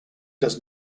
does